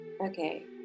Okay